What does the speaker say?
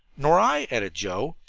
nor i, added joe,